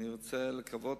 אני רוצה לקוות,